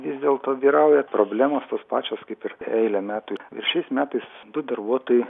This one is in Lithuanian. vis dėlto vyrauja problemos tos pačios kaip ir eilę metų ir šiais metais du darbuotojai